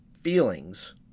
feelings